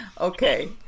okay